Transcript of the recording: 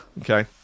Okay